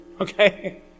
Okay